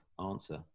answer